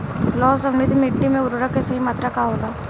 लौह समृद्ध मिट्टी में उर्वरक के सही मात्रा का होला?